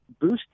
boost